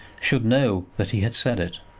should know that he had said it.